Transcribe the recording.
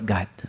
God